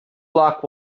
lock